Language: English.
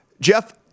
Jeff